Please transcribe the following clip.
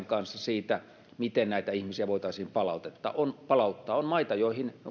kanssa siitä miten näitä ihmisiä voitaisiin palauttaa on maita joihin